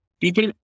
People